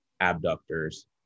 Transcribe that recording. abductors